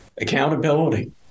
Accountability